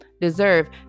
deserve